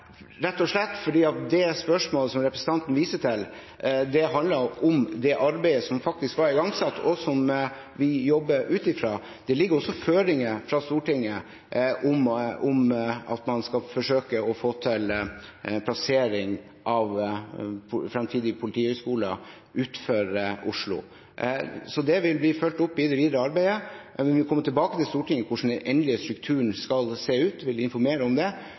rett og slett fordi det spørsmålet som representanten viser til, handlet om det arbeidet som faktisk var igangsatt, og som vi jobber ut fra. Det ligger også føringer fra Stortinget om at man skal forsøke å få til plassering av fremtidig politihøgskole utenfor Oslo. Så det vil bli fulgt opp i det videre arbeidet, men vi vil komme tilbake til Stortinget med hvordan den endelige strukturen skal se ut, og informere om det.